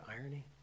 irony